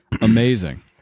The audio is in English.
Amazing